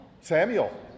Samuel